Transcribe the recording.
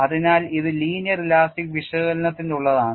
അതിനാൽ ഇത് linear elastic വിശകലനത്തിനുള്ളതാണ്